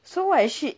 so what she